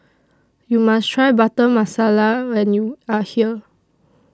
YOU must Try Butter Masala when YOU Are here